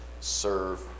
serve